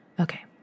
Okay